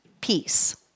peace